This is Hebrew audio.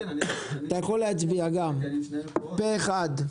כן --- אתה יכול גם להצביע פה אחד,